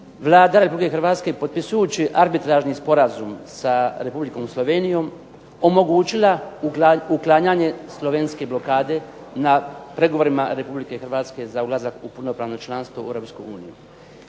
Vlada Republike Hrvatske, potpisujući arbitražni sporazum sa Republikom Slovenijom, omogućila uklanjanje slovenske blokade na pregovorima Republike Hrvatske za ulazak u punopravno članstvo u Europsku uniju.